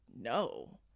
no